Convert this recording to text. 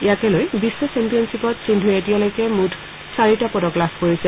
ইয়াকে লৈ বিশ্ব চেম্পিয়নশ্বীপত সিন্ধুৱে এতিয়ালৈকে মুঠ চাৰিটা পদক লাভ কৰিছে